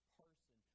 person